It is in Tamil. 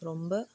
ரொம்ப